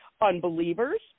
unbelievers